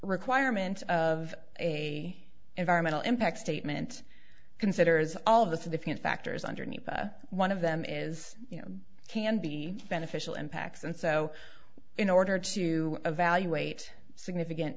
requirement of a environmental impact statement considers all of the different factors underneath one of them is you know can be beneficial impacts and so in order to evaluate significant